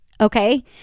okay